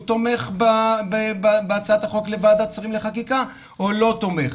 תומך בהצעת החוק לוועדת שרים לחקיקה או לא תומך.